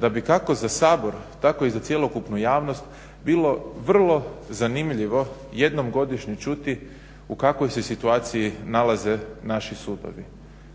da bi kako za sabor tako i za cjelokupnu javnost bilo vrlo zanimljivo jednom godišnje čuti u kakvoj se situaciji nalaze naši sudovi.